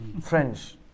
French